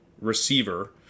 receiver